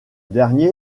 dernier